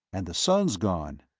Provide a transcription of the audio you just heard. and the sun's gone.